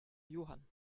johann